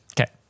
Okay